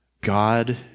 God